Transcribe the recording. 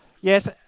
Yes